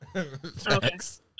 Thanks